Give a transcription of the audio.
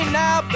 now